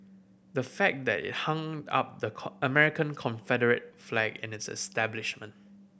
the fact that it hung up the American Confederate flag in its establishment